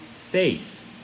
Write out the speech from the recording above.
faith